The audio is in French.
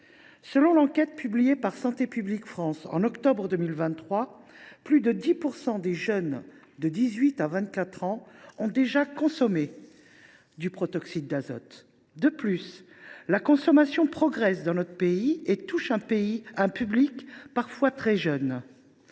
Selon l’enquête publiée par Santé publique France au mois d’octobre 2023, plus de 10 % des jeunes de 18 à 24 ans ont déjà consommé du protoxyde d’azote. De plus, la consommation progresse dans notre pays et touche un public parfois très jeune.